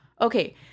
okay